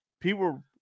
people